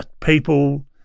people